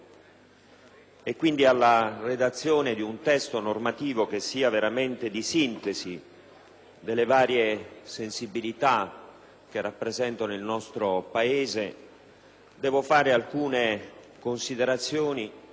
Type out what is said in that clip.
e quindi alla redazione di un testo normativo che sia veramente di sintesi delle varie sensibilità che rappresentano il nostro Paese, devo svolgere alcune considerazioni